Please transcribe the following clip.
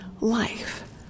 life